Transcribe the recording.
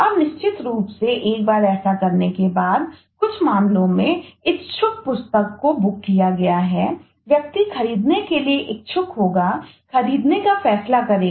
अब निश्चित रूप से एक बार ऐसा करने के बाद तो कुछ मामलों में इच्छुक पुस्तक को बुक किया गया हैव्यक्ति खरीदने के लिए इच्छुक होगा खरीदने का फैसला करेगा